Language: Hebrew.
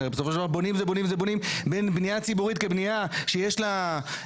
כי בסופו של דבר בונים ובונים בין בניה ציבורית לבניה שיש לה?